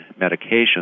medications